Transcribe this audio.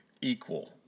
equal